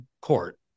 court